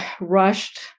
rushed